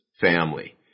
family